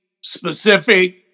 specific